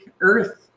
Earth